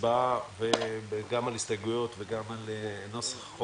אנחנו בהצבעה על הסתייגויות ונוסח הצעת